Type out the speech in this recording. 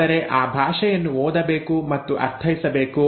ಆದರೆ ಆ ಭಾಷೆಯನ್ನು ಓದಬೇಕು ಮತ್ತು ಅರ್ಥೈಸಬೇಕು